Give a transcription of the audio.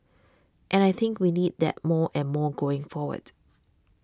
and I think we need that more and more going forward